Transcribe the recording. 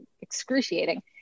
excruciating